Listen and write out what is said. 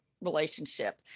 relationship